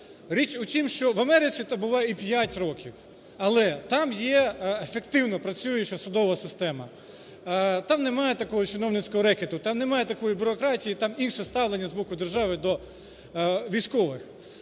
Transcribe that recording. Річ у тім, що в Америці, там буває і 5 років, але там є ефективно працююча судова система. Там немає такого чиновницького рекету, там немає такої бюрократії, там інше ставлення з боку держави до військових.